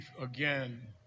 again